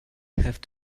have